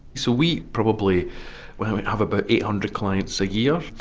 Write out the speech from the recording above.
so we probably have about eight hundred clients a year.